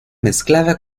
mezclada